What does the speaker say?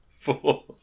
four